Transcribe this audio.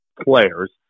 players